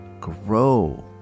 grow